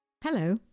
Hello